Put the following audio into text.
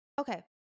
Okay